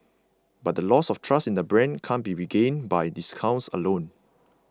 but the loss of trust in the brand can't be regained by discounts alone